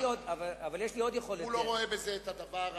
הוא לא רואה בזה את הדבר החשוב,